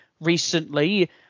recently